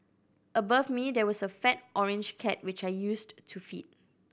above me there was a fat orange cat which I used to feed